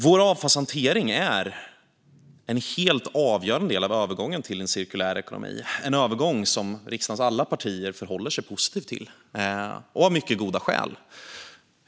Vår avfallshantering är en helt avgörande del av övergången till en cirkulär ekonomi - en övergång som riksdagens alla partier förhåller sig positiva till, och detta av mycket goda skäl.